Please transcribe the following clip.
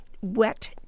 wet